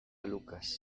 lucas